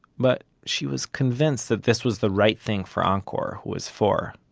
but she was convinced that this was the right thing for angkor, who was four,